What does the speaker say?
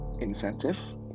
incentive